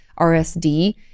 RSD